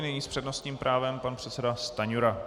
Nyní s přednostním právem pan předseda Stanjura.